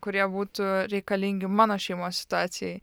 kurie būtų reikalingi mano šeimos situacijai